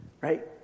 Right